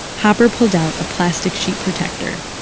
haber pulled out a plastic sheet protector.